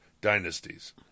dynasties